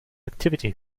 activity